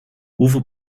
hoeveel